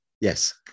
yes